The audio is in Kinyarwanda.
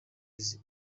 izi